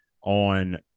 on